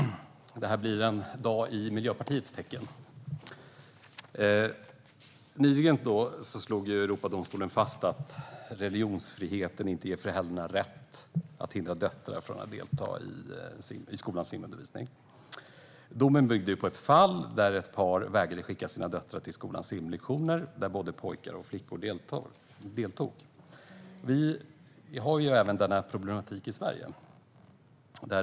Herr talman! Det här blir en dag i Miljöpartiets tecken. Nyligen slog Europadomstolen fast att religionsfriheten inte ger föräldrarna rätt att hindra sina döttrar från att delta i skolans simundervisning. Domen byggde på ett fall där ett par föräldrar vägrade att skicka sina döttrar till skolans simlektioner där både pojkar och flickor deltog. Denna problematik finns även i Sverige.